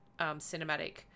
cinematic